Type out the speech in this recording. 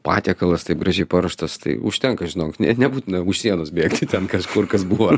patiekalas taip gražiai paruoštas tai užtenka žinok ne nebūtina už sienos bėgti ten kažkur kas buvo